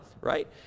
right